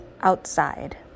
Outside